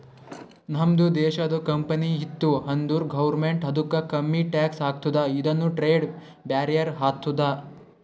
ನಮ್ದು ದೇಶದು ಕಂಪನಿ ಇತ್ತು ಅಂದುರ್ ಗೌರ್ಮೆಂಟ್ ಅದುಕ್ಕ ಕಮ್ಮಿ ಟ್ಯಾಕ್ಸ್ ಹಾಕ್ತುದ ಇದುನು ಟ್ರೇಡ್ ಬ್ಯಾರಿಯರ್ ಆತ್ತುದ